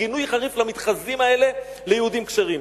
גינוי חריף למתחזים האלה ליהודים כשרים.